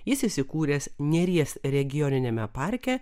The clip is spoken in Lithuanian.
jis įsikūręs neries regioniniame parke